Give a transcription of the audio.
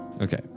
Okay